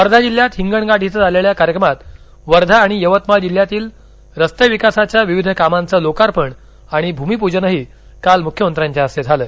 वर्धा जिल्ह्यात हिंगणघाट इथं झालेल्या कार्यक्रमात वर्धा आणि यवतमाळ जिल्ह्यातील रस्ते विकासाच्या विविध कामांचं लोकार्पण आणि भूमिपूजनही काल मुख्यमंत्र्यांच्या हस्ते झालं